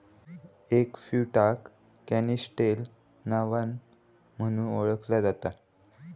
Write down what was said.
एगफ्रुटाक canistel नावान म्हणुन ओळखला जाता